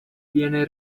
viene